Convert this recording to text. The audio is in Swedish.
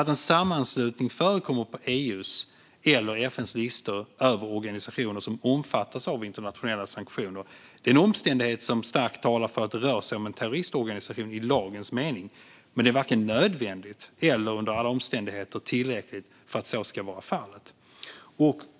Att en sammanslutning förekommer på EU:s eller FN:s lista över organisationer som omfattas av internationella sanktioner är en omständighet som starkt talar för att det rör sig om en terroristorganisation i lagens mening, men det är varken nödvändigt eller under alla omständigheter tillräckligt för att så ska vara fallet.